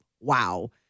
Wow